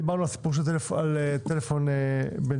דיברנו על נושא הטלפון הסלולרי בנהיגה,